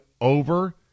over